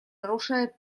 нарушает